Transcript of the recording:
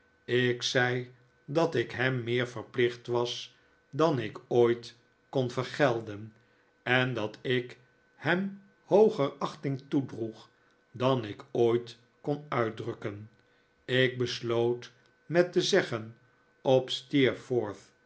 ik zei dat ik hem meer verplicht was dan ik ooit kon vergelden en dat ik hem hoogef achting toedroeg dan ik ooit kon uitdrukken ik besloot met te zeggen op